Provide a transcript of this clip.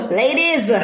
ladies